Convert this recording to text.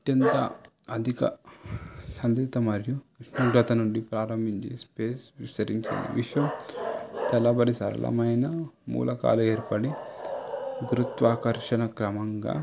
అత్యంత అధిక సందిగ్ద మరియు ఉష్ణోగ్రత నుండి ప్రారంభించి స్పేస్ విస్తరించింది విశ్వం తరబడి సరళమైన మూలకాలు ఏర్పడి గురుత్వాకర్షణ క్రమంగా